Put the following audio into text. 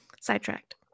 Sidetracked